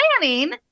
planning